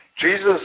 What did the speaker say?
Jesus